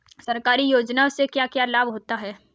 सरकारी योजनाओं से क्या क्या लाभ होता है?